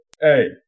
Hey